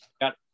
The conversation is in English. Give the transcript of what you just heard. got